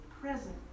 present